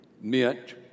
meant